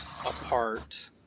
apart